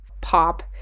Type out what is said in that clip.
pop